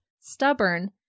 stubborn